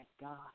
God